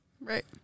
Right